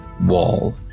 wall